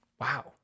wow